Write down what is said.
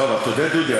לא, אבל תודה, דודי.